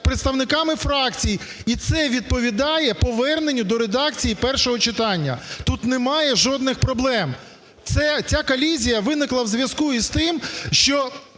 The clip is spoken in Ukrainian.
представниками фракцій. І це відповідає поверненню до редакції першого читання. Тут немає жодних проблем. Ця колізія виникла в зв'язку з тим, що